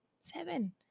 Seven